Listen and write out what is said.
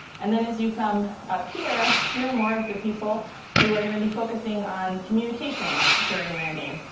and then, as you come up here, here, more of the people who are gonna be focusing on communication during landing,